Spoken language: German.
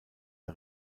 der